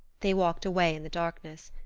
they walked away in the darkness.